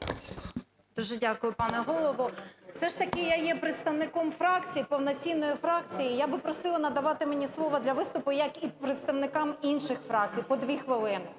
16:20:08 БЄЛЬКОВА О.В. Дуже дякую, пане Голово. Все ж таки я є представником фракції, повноцінної фракції. І Я би просила надавати мені слово для виступу, як і представникам інших фракцій, по 2 хвилини.